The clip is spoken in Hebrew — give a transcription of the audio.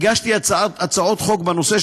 הגשתי הצעות חוק בנושא,